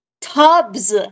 tubs